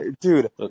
dude